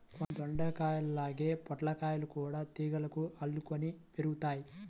దొండకాయల్లాగే పొట్లకాయలు గూడా తీగలకు అల్లుకొని పెరుగుతయ్